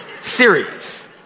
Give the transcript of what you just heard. series